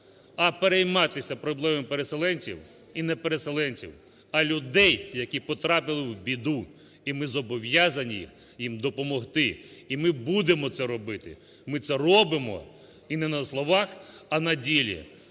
а перейматися проблемами переселенців, і не переселенців, а людей, які потрапили в біду. І ми зобов'язані їм допомогти, і ми будемо це робити, ми це робимо і не на словах, а на ділі.